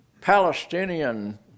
Palestinian